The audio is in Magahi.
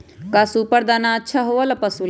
का सुपर दाना अच्छा हो ला पशु ला?